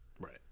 Right